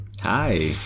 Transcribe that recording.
hi